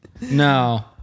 No